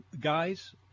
Guys